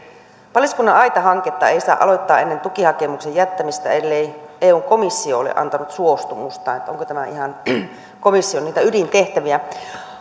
paliskunnan aitahanketta ei saa aloittaa ennen tukihakemuksen jättämistä ellei eun komissio ole antanut suostumustaan onko tämä ihan niitä komission ydintehtäviä